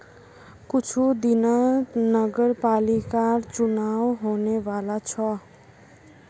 कुछू दिनत नगरपालिकर चुनाव होने वाला छ